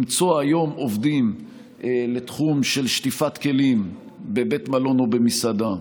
שלמצוא היום עובדים לתחום של שטיפת כלים בבית מלון או מסעדה,